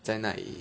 在哪里